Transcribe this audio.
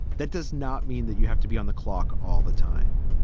that does not mean that you have to be on the clock all the time.